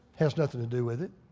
has nothing to do with it.